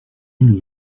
une